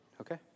Okay